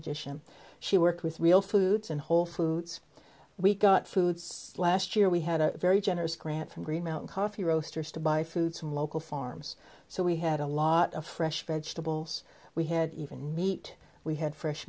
edition she worked with real foods and whole foods we got foods last year we had a very generous grant from green mountain coffee roasters to buy food from local farms so we had a lot of fresh vegetables we had even meat we had fresh